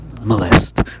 molest